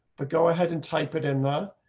but go ahead and type it in there.